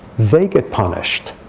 they get punished.